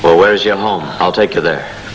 just where's your home i'll take you there